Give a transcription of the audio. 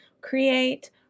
create